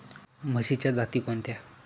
म्हशीच्या जाती कोणत्या?